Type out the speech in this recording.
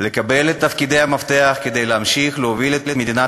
לקבל את תפקידי המפתח ולהמשיך להוביל את מדינת